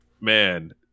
man